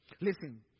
Listen